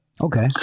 Okay